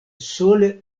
sole